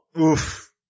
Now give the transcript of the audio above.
Oof